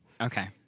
Okay